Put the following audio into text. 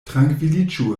trankviliĝu